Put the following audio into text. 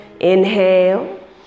inhale